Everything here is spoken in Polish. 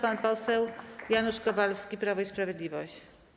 Pan poseł Janusz Kowalski, Prawo i Sprawiedliwość.